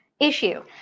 issue